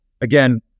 again